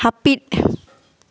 ᱦᱟᱯᱤᱫ